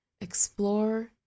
explore